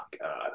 god